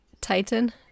Titan